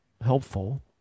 helpful